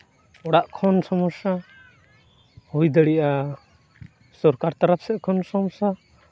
ᱚᱲᱟᱜ ᱠᱷᱚᱱ ᱥᱚᱢᱚᱥᱥᱟ ᱦᱩᱭ ᱫᱟᱲᱮᱭᱟᱜᱼᱟ ᱥᱚᱨᱠᱟᱨ ᱛᱚᱨᱯᱷ ᱥᱮᱜ ᱠᱷᱚᱱ ᱥᱚᱢᱚᱥᱥᱟ